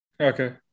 okay